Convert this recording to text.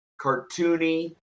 cartoony